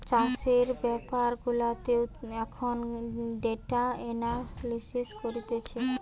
চাষের বেপার গুলাতেও এখন ডেটা এনালিসিস করতিছে